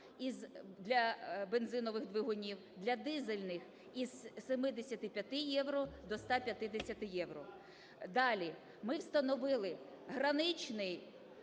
для бензинових двигунів, для дизельних - із 75 євро до 150 євро. Далі. Ми встановили граничний